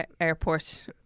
Airport